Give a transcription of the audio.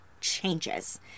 changes